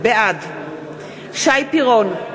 בעד שי פירון,